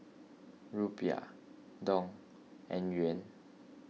Rupiah Dong and Yuan